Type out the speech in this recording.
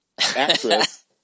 actress